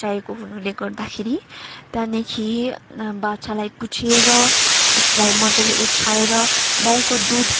चाहिएको हुनुले गर्दाखेरि त्यहाँदेखि बाछालाई पुछेर उसलाई मजाले ओछ्याएर माउको दुध